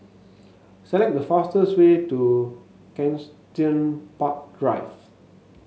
select the fastest way to Kensington Park Drive